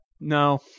no